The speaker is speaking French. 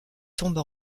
tombe